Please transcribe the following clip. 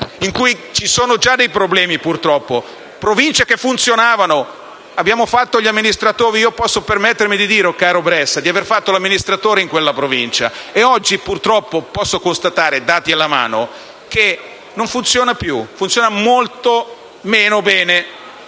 ci sono già dei problemi, purtroppo. Sono Province che funzionavano. Abbiamo fatto gli amministratori ed io posso permettermi di dire, caro Bressa, di aver fatto l'amministratore in quella Provincia. Ma oggi posso constatare, dati alla mano, che non funziona più, funziona molto meno bene.